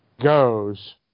Goes